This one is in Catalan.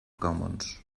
commons